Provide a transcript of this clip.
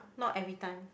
not everytime